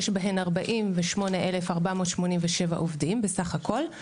יש בהן 48,487 עובדים בסל הכול,